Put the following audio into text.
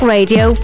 Radio